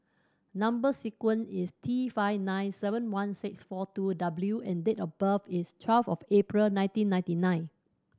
number sequence is T five nine seven one six four two W and date of birth is twelve April nineteen ninety nine